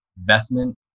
investment